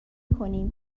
میکنیم